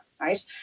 right